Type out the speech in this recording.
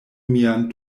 mian